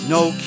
no